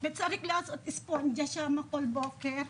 וצריך לעשות ספונג'ה שם כל בוקר.